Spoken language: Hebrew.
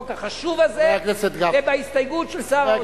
החשוב הזה ובהסתייגות של שר האוצר ושלי.